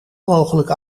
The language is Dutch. mogelijk